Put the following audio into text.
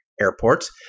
airports